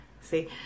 see